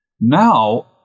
Now